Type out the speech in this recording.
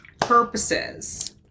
purposes